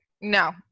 no